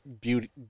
beauty